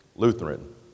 Lutheran